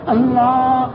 Allah